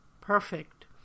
perfect